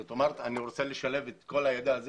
זאת אומרת אני רוצה לשלב את כל הידע הזה